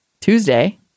Tuesday